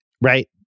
Right